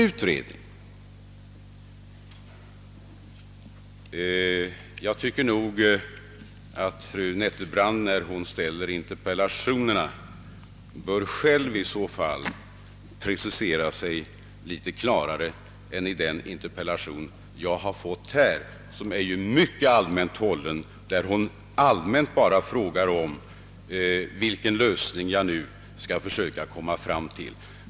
Fru Nettelbrandt bör, när hon ställer interpellationer, precisera sig klarare än vad som skett i denna mycket allmänt hållna interpellation, vari hon frågar vilken lösning jag nu skall försöka komma fram till.